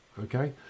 okay